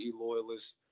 loyalists